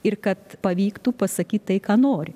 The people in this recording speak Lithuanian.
ir kad pavyktų pasakyt tai ką nori